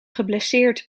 geblesseerd